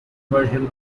version